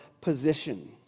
position